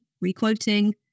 re-quoting